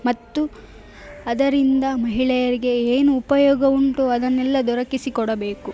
ಮತ್ತು ಅದರಿಂದ ಮಹಿಳೆಯರಿಗೆ ಏನು ಉಪಯೋಗ ಉಂಟು ಅದನ್ನೆಲ್ಲ ದೊರಕಿಸಿ ಕೊಡಬೇಕು